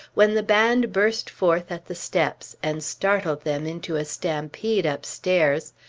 when the band burst forth at the steps, and startled them into a stampede upstairs.